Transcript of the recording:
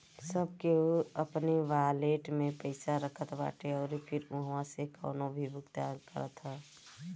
सब केहू अपनी वालेट में पईसा रखत बाटे अउरी फिर उहवा से कवनो भी भुगतान करत हअ